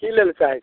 की लेबऽ चाही